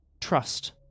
trust